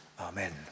Amen